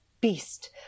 beast